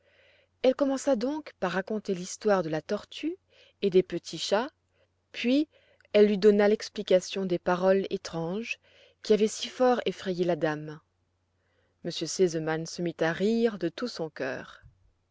elle commença donc par raconter l'histoire de la tortue et des petits chats puis elle lui donna l'explication des paroles étranges qui avaient si fort effrayé la dame m r sesemann se mit à rire de tout son cœur